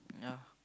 yeah